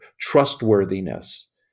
trustworthiness